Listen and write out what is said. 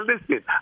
Listen